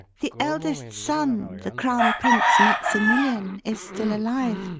the eldest son the crown prince maximilian is still alive.